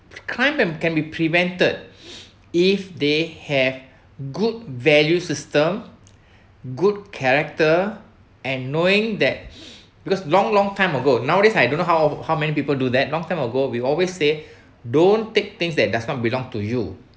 crime can can be prevented if they have good value system good character and knowing that because long long time ago nowadays I don't know how how many people do that long time ago we always say don't take things that does not belong to you